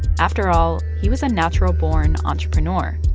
after all, he was a natural-born entrepreneur.